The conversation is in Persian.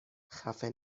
خفه